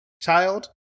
child